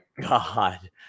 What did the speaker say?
God